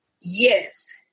yes